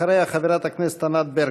אחריה, חברת הכנסת ענת ברקו.